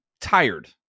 tired